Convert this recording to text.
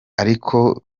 ariko